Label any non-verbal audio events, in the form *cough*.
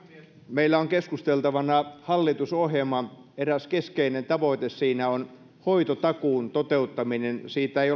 meillä on keskusteltavana hallitusohjelma eräs keskeinen tavoite siinä on hoitotakuun toteuttaminen siitä ei *unintelligible*